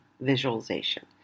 Visualization